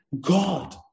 God